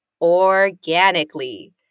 organically